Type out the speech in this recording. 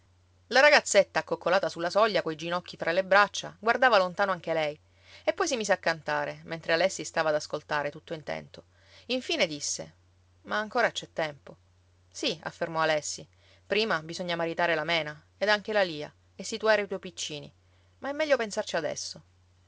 la ragazzetta accoccolata sulla soglia coi ginocchi fra le braccia guardava lontano anche lei e poi si mise a cantare mentre alessi stava ad ascoltare tutto intento infine disse ma ancora c'è tempo sì affermò alessi prima bisogna maritare la mena ed anche la lia e situare i tuoi piccini ma è meglio pensarci adesso